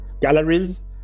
galleries